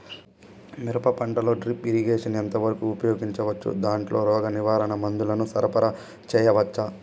మిరప పంటలో drip irrigation ఎంత వరకు ఉపయోగించవచ్చు, దాంట్లో రోగ నివారణ మందుల ను సరఫరా చేయవచ్చా?